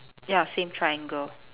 ya same triangle